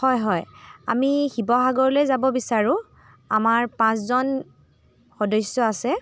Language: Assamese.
হয় হয় আমি শিৱসাগৰলৈ যাব বিচাৰোঁ আমাৰ পাঁচজন সদস্য আছে